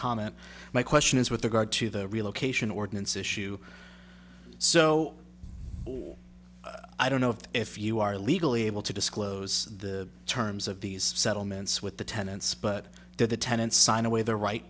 comment my question is with regard to the relocation ordinance issue so i don't know if you are legally able to disclose the terms of these settlements with the tenants but did the tenants sign away their right